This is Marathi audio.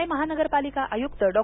ठाणे महानगरपालिका आयुक्त डॉ